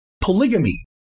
polygamy